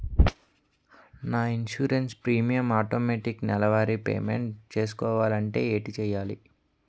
నా insurance premium automatic నెలవారి payment చేసుకోవాలంటే ఏంటి చేయాలి?